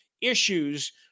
issues